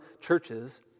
churches